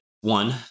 One